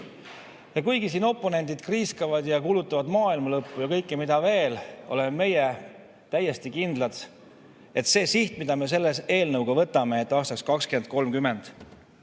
Kuigi siin oponendid kriiskavad ja kuulutavad maailma lõppu ja mida veel kõike, oleme meie täiesti kindlad, et see siht, mille me selle eelnõuga võtame, et aastaks 2030